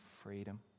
freedom